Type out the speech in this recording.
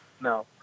No